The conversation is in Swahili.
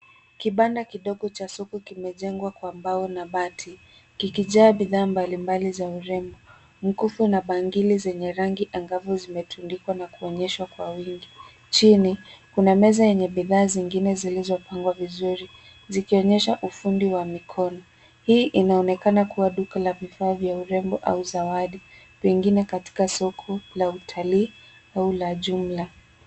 Kibanda kidogo cha soko kimejengwa kwa mbao na bati, kikijaa bidhaa mbalimbali za urembo. Mkufu na bangili zenye rangi angavu zimetundikwa na kuonyeshwa kwa wingi. Chini, kuna meza yenye bidhaa zingine zilizopangwa vizuri, zikionyesha ufundi wa mikono. Hii inaonekana kuwa duka la vifaa vya urembo au zawadi, pengine katika soko la utalii au la jumla.